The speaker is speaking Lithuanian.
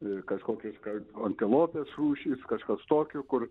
ir kažkokios kaip antilopės rūšys kažkas tokio kur